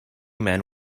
men